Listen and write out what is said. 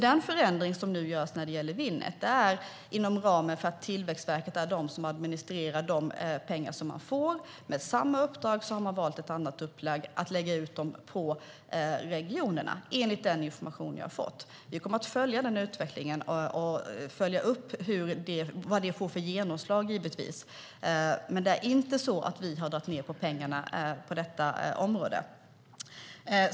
Den förändring som nu görs när det gäller Winnet är inom ramen för att det är Tillväxtverket som administrerar de pengar man får. Med samma uppdrag har man valt ett annat upplägg, att lägga ut det på regionerna, enligt den information jag har fått. Vi kommer att följa den utvecklingen och givetvis följa vad det får för genomslag. Men det är inte så att vi har dragit ned på pengarna på detta område.